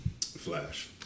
Flash